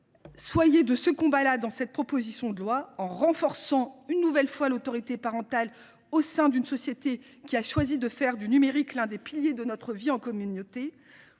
les sénateurs ! Par cette proposition de loi, renforcez une nouvelle fois l’autorité parentale au sein d’une société qui a choisi de faire du numérique l’un des piliers de notre vie en communauté.